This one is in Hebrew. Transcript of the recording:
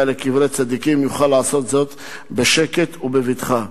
לקברי צדיקים לעשות זאת בשקט ובבטחה.